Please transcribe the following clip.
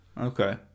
okay